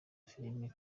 filime